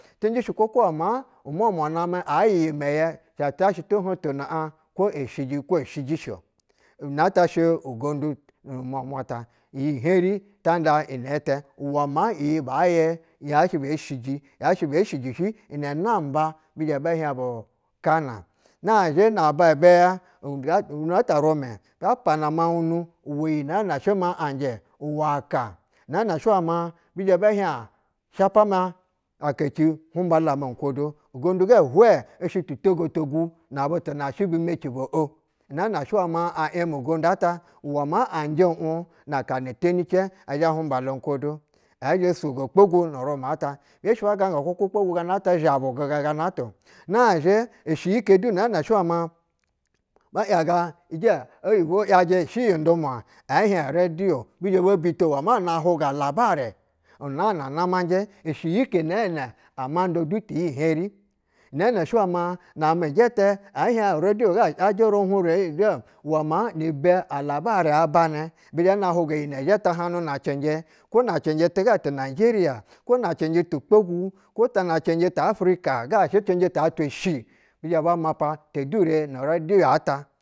Tinjɛ she kuku we maa umuamua namɛ a yɛ yi meye sha ti zha shɛ to hotono an ko eshigi ko eshigi ko eshigio nu ata shɛ ugonna muamuata ui heri ta nda ine te uda ma iyi ba ye ye ya she be shiji yashe be shiji ine namba bizhe be hie bu kana na zhi na zba be ya ga nu ta rume ta pama muwunu uwe iyi name shɛ ma a njɛ uwa aka nene shɛ wɛ ma bizhe be hie a shpa aka cihu mbala ma kodo ugondu ga hwe i shɛ to go to gou nab utu na ahɛ bi meci bo o nana shɛ amɛ yondu ata uwe maa anjɛ u na aka a teni cenɛ zha humbala ko do ɛ zhe sugo kpogunnu rumɛ ata bieri shi ba gagatappogu kwahwa gana ta zabu aka gana to nazhe i shɛ iyi elu nana she we maa bay aga ije oyibo yajɛ ehie roduyo bizhɛ bobito uwe whie na huga labarɛ unama nama njɛ ushɛ yi ke nana amanda du iyi heri nene shɛ uwɛ maa name jita ehie roduyoga iyajɛ rubu raige uve maa ni be be nahuga yina zhe tahanuna cinjɛ ko na cinjɛ tu ga najiriya ko na cinjɛ tu kpogu ko tan cinjɛ ta afirica ga cinjɛ tu gbogu ta twa e shi bi zhe map ate durenu reduyo ata.